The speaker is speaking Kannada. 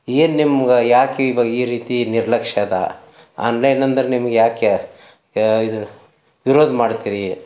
ಏನು ನಿಮ್ಗೆ ಯಾಕೆ ಈ ಬ ಈ ರೀತಿ ನಿರ್ಲಕ್ಷ್ಯ ಅದಾ ಆನ್ಲೈನ್ ಅಂದ್ರೆ ನಿಮ್ಗೆ ಯಾಕೆ ಇದು ವಿರೋಧ ಮಾಡ್ತೀರಿ